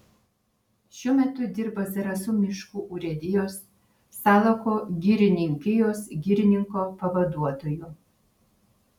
šiuo metu dirba zarasų miškų urėdijos salako girininkijos girininko pavaduotoju